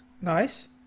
Nice